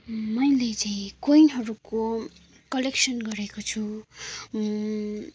मैले चाहिँ कोइनहरूको कलेक्सन गरेको छु